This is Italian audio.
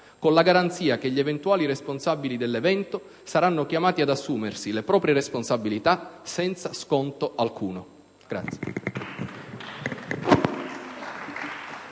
con la garanzia che gli eventuali responsabili dell'evento saranno chiamati ad assumersi le proprie responsabilità senza sconto alcuno.